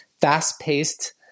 fast-paced